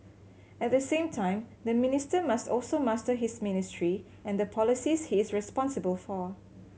at the same time the minister must also master his ministry and the policies he is responsible for